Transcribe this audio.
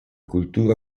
cultura